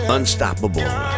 Unstoppable